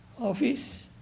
office